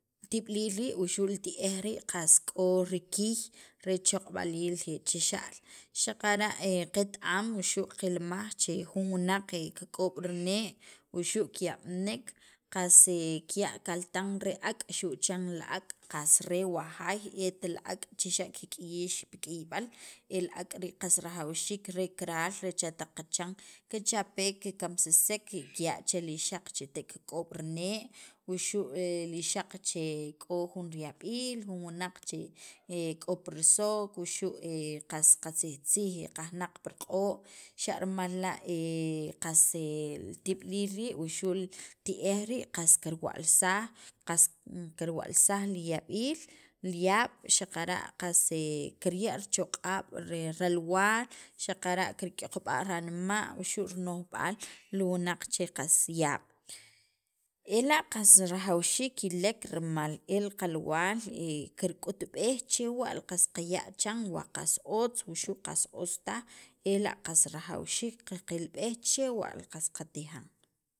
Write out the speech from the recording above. tib'iliil rii' wuxu' li tib'iliil rii' qas k'o rikiy re choq'ab'aliil chixa'l xaqara' qet- am wuxu' qilmaj che jun wunaq ke kik'ob' rinee' wuxu' kiyab'nek qas kiya' kaltan re ak', xu' chan li ak' qas re wa jaay et li ak' che xa' kik'iyix pi k'iyb'al el ak' rii' qas rajawxiik re karal re cha taq qachan, kichapek, kikamsisek, kiya' che li ixaq che te' kik'ob' rinee' wuxu' li ixaq che k'o jun riyab'iil jun wunaq che k'o pirisook' wuxu' qas qatzijtzij qajnaq pi riq'o', xa' rimal la' qas li tib'iliil rii' wuxu' li ti'ej rii' qas kirwa'lsaj, qas kirwalsaj li yab'iil xaqara' qas kirya' richoq'ab' ralwaal xaqara' kik'iyoqb'a' ranma' wuxu' rino'jb'aal li wunaq che qas yaab' ela' qas rajawxiik kilek rimal el qalwaal kirk'utb'ej chewa' qas qaya' chiran wa qas otz wuxu' qas os taj ela' qas rajawxiik qaqilb'ej chewa' li qas qatijan.